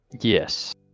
Yes